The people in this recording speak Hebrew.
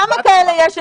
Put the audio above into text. כמה כאלה יש?